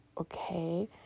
okay